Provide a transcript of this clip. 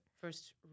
first